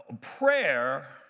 Prayer